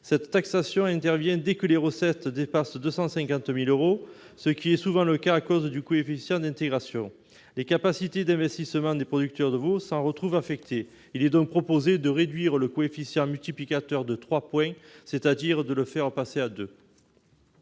Cette taxation intervient dès que les recettes dépassent 250 000 euros, ce qui est souvent le cas à cause du coefficient d'intégration. Les capacités d'investissement des producteurs de veaux s'en trouvent affectées. Il est donc proposé ici de réduire le coefficient multiplicateur de trois points, c'est-à-dire de le ramener à 2.